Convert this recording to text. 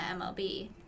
MLB